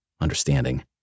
understanding